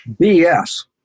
BS